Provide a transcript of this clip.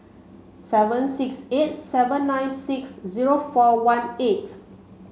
seven six eight seven nine six zero four one eight